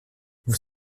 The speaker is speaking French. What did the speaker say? vous